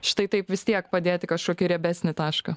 štai taip vis tiek padėti kažkokį riebesnį tašką